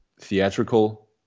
theatrical